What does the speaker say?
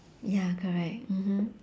ya correct mmhmm